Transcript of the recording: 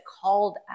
called